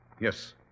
Yes